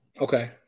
Okay